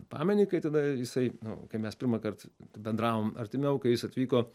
pameni kai tada jisai nu kai mes pirmąkart bendravom artimiau kai jis atvyko